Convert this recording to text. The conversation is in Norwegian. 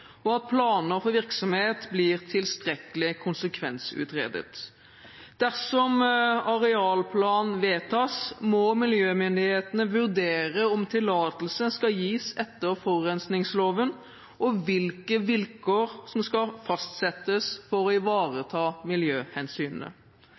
og at planer for virksomhet blir tilstrekkelig konsekvensutredet. Dersom arealplan vedtas, må miljømyndighetene vurdere om tillatelse skal gis etter forurensningsloven, og hvilke vilkår som skal fastsettes for å ivareta miljøhensynene.